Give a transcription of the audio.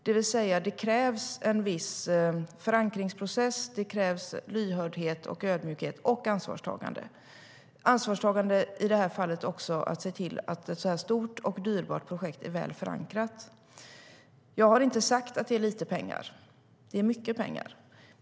Det krävs därför en viss förankringsprocess, och det krävs lyhördhet, ödmjukhet och ansvarstagande. I detta fall handlar ansvarstagandet också om att se till att ett sådant här stort och dyrbart projekt är väl förankrat. Jag har inte sagt att det är lite pengar. Det är mycket pengar.